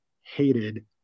hated